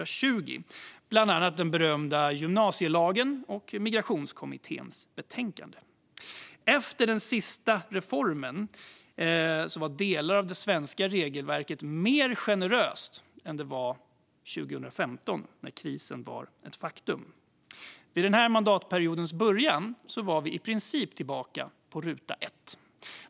Det handlar bland annat om den berömda gymnasielagen och Migrationskommitténs betänkande. Efter den sista reformen var delar av det svenska regelverket mer generöst än det var 2015, då krisen var ett faktum. Vid den här mandatperiodens början var vi i princip tillbaka på ruta ett.